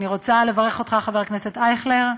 אני רוצה לברך את חבר הכנסת אייכלר,